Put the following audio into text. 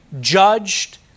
judged